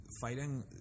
fighting